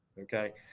Okay